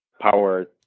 power